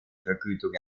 vergütung